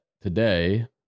today